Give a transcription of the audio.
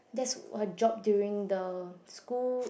that her job during the school